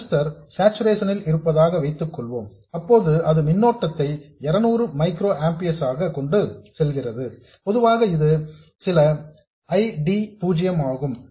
transistor saturation ல் இருப்பதாக வைத்துக்கொள்வோம் அப்போது அது மின்னோட்டத்தை இருநூறு மைக்ரோ ஆம்பியர்ஸ் ஆக கொண்டு செல்கிறது பொதுவாக இது சில I D 0 ஆகும்